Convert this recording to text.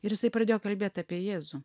ir jisai pradėjo kalbėt apie jėzų